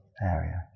area